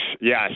yes